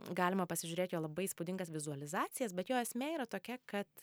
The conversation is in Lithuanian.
galima pasižiūrėt jo labai įspūdingas vizualizacijas bet jo esmė yra tokia kad